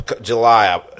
July